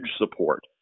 support